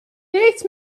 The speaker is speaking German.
nichts